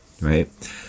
right